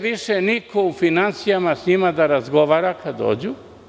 više niko neće u finansijama sa njima da razgovara kada dođu.